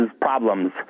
problems